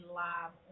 live